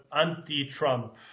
anti-Trump